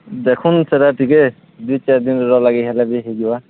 ଦେଖନ୍ ସେଟା ଟିକେ ଦୁଇ ଚାର୍ ଦିନର୍ ଲାଗି ହେଲେ ବି ହେଇଯିବା